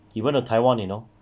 he went to taiwan you know